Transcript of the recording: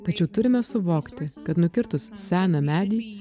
tačiau turime suvokti kad nukirtus seną medį